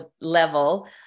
level